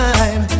Time